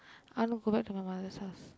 I wanna go back to my mother's house